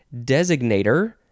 Designator